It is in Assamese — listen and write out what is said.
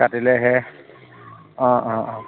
কাটিলেহে অঁ অঁ অঁ